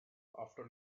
after